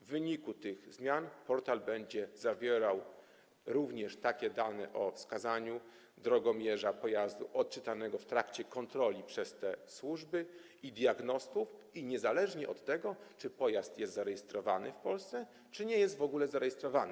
W wyniku tych zmian portal będzie zawierał również dane o wskazaniu drogomierza pojazdu odczytanego w trakcie kontroli przez te służby i diagnostów, niezależnie od tego, czy pojazd jest zarejestrowany w Polsce, czy nie jest w ogóle zarejestrowany.